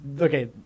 okay